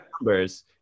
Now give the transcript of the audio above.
numbers